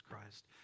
Christ